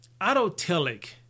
autotelic